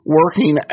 working